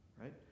Right